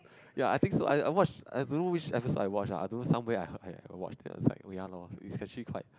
ya I think so I I watch I don't know which episode I watch lah I don't know somewhere I heard I watched it it's like ya lor it's actually quite